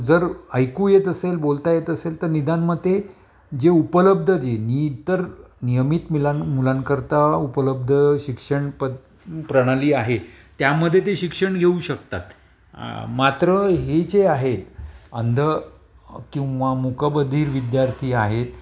जर ऐकू येत असेल बोलता येत असेल तर निदान मग ते जे उपलब्ध जे नि इतर नियमित मिलां मुलांकरता उपलब्ध शिक्षण पत प्रणाली आहे त्यामध्ये ते शिक्षण घेऊ शकतात मात्र हे जे आहेत अंध किंवा मुकबधीर विद्यार्थी आहेत